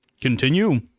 Continue